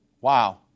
Wow